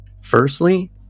firstly